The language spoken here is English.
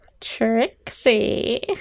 Trixie